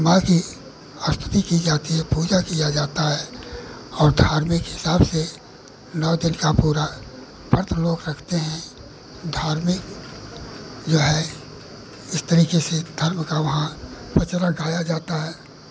माँ की स्तुति की जाती है पूजा किया जाता है और धार्मिक हिसाब से नौ दिन का पूरा व्रत लोग रखते हैं धार्मिक जो है इस तरीके से धर्म का वहाँ गाया जाता है